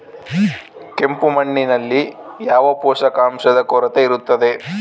ಕೆಂಪು ಮಣ್ಣಿನಲ್ಲಿ ಯಾವ ಪೋಷಕಾಂಶದ ಕೊರತೆ ಇರುತ್ತದೆ?